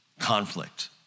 conflict